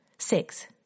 Six